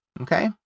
Okay